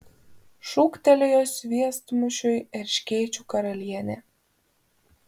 šūktelėjo sviestmušiui erškėčių karalienė